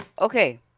Okay